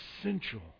essential